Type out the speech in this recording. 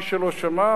מי שלא שמע,